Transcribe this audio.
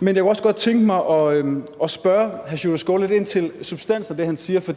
Men jeg kunne også godt tænke mig at spørge hr. Sjúrður Skaale lidt ind til substansen i det, han siger, for